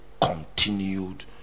continued